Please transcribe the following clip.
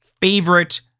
favorite